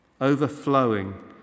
overflowing